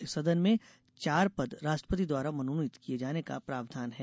इस सदन में चार पद राष्ट्रपति द्वारा मनोनीत किये जाने का प्रावधान है